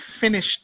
finished